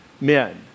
men